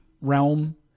realm